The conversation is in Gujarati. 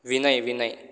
વિનય વિનય